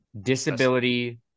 Disability